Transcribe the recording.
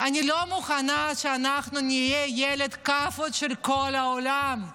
אני לא מוכנה שאנחנו נהיה ילד כאפות של כל העולם.